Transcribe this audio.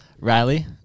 Riley